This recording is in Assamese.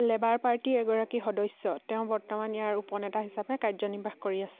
লেবাৰ পাৰ্টিৰ এগৰাকী সদস্য তেওঁ বৰ্তমান ইয়াৰ উপনেতা হিচাপে কাৰ্যনিৰ্বাহ কৰি আছে